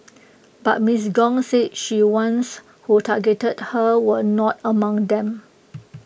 but miss Gong said she ones who targeted her were not among them